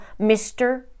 Mr